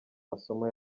masomo